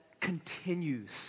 continues